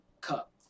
cup